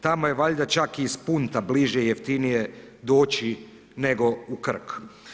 Tamo je valjda čak i iz Punta bliže i jeftinije doći nego u Krk.